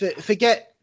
forget